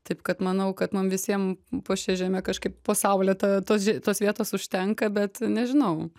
taip kad manau kad mum visiem po šia žeme kažkaip po saule ta tos ž tos vietos užtenka bet nežinau